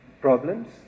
problems